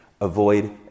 avoid